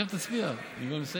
שב תצביע, אני כבר מסיים.